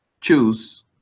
choose